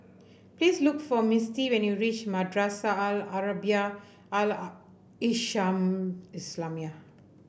please look for Mistie when you reach Madrasah Al Arabiah Al Islamiah